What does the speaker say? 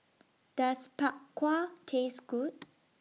Does Bak Kwa Taste Good